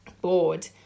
bored